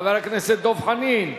חבר הכנסת דב חנין.